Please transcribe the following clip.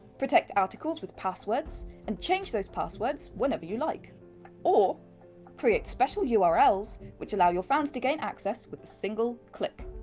protect articles with passwords and change those passwords whenever you like or create special ah urls which allow your fans to gain access with a single click.